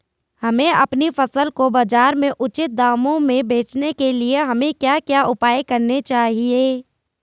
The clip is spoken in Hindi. हमें अपनी फसल को बाज़ार में उचित दामों में बेचने के लिए हमें क्या क्या उपाय करने चाहिए?